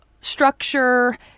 structure